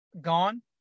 gone